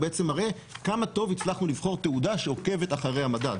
הוא בעצם מראה כמה טוב הצלחנו לבחור תעודה שעוקבת אחרי המדד.